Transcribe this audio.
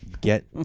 ...get